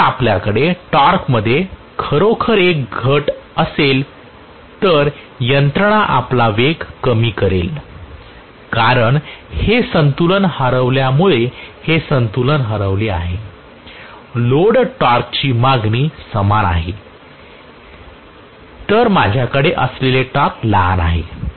जर आपल्याकडे टॉर्कमध्ये खरोखरच एक घट असेल तर यंत्रणा आपला वेग कमी करेल कारण हे संतुलन हरवल्यामुळे हे संतुलन हरवले आहे लोड टॉर्कची मागणी समान आहे तर माझ्याकडे असलेले टॉर्क लहान आहे